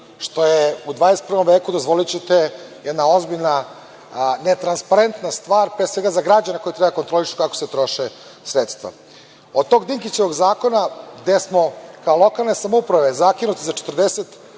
što je u 21 veku, dozvolićete, jedna ozbiljna ne transparentna stvar, pre svega, za građane koji treba da kontrolišu kako se troše sredstva. Od tog Dinkićevog zakona, gde smo kao lokalne samouprave zakinuti za 40